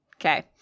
Okay